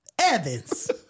Evans